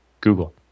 Google